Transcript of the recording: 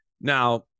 now